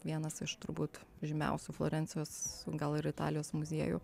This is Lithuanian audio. vienas iš turbūt žymiausių florencijos gal ir italijos muziejų